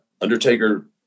Undertaker